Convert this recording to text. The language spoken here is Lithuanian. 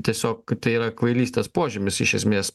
tiesiog kad tai yra kvailystės požymis iš esmės